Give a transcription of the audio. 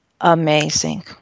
Amazing